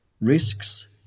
risks